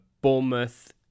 Bournemouth